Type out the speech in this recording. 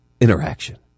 interaction